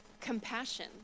compassion